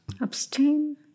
abstain